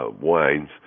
wines